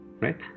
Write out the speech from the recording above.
right